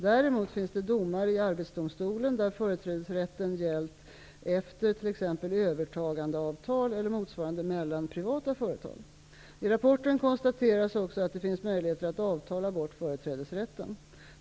Däremot finns det domar i arbetsdomstolen där företrädesrätten gällt efter t.ex. övertagandeavtal eller motsvarande mellan privata företag. I rapporten konstateras också att det finns möjligheter att avtala bort företrädesrätten.